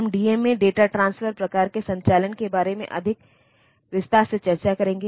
हम DMA data transfer प्रकार के संचालन के बारे में अधिक विस्तार से चर्चा करेंगे